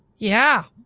yeah!